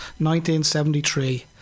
1973